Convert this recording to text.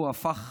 הוא הפך